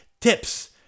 tips